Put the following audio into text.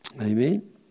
Amen